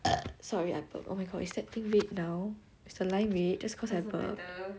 sorry I burped oh my god is that thing red now is the line red just cause I burp